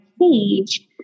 page